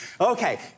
Okay